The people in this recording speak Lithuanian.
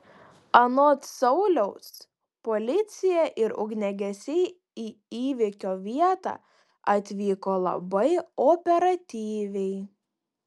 anot sauliaus policija ir ugniagesiai į įvykio vietą atvyko labai operatyviai